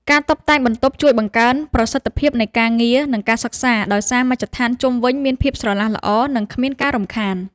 ការតុបតែងបន្ទប់ជួយបង្កើនប្រសិទ្ធភាពនៃការងារ និងការសិក្សា ដោយសារមជ្ឈដ្ឋានជុំវិញមានភាពស្រឡះល្អ និងគ្មានការរំខាន។